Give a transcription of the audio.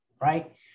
right